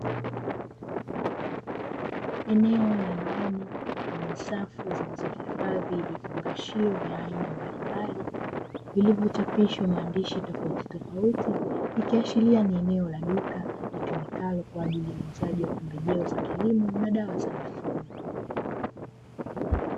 Eneo la ndani lenye safu zilizohifadhi vifungashio vya aina mbalimbali vilivyochapishwa maandishi tofautitofauti, ikiashiria ni eneo la duka litumikalo kwa ajili ya utanzaji wa pembejeo za kilimo na dawa za mifugo.